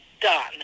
done